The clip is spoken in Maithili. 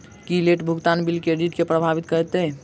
की लेट भुगतान बिल क्रेडिट केँ प्रभावित करतै?